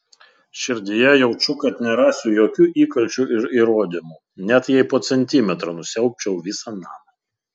širdyje jaučiu kad nerasiu jokių įkalčių ir įrodymų net jei po centimetrą nusiaubčiau visą namą